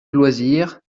loisirs